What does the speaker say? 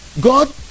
God